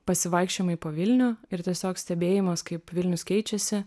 pasivaikščiojimai po vilnių ir tiesiog stebėjimas kaip vilnius keičiasi